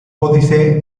códice